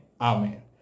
Amen